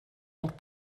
und